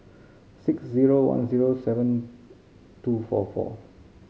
six zero one zero seven two four four